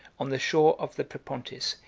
on the shore of the propontis,